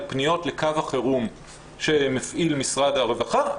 על פניות לקו החירום שמפעיל משרד הרווחה.